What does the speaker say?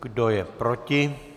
Kdo je proti?